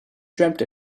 dreamt